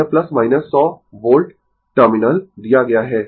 यह 100 volt terminal दिया गया है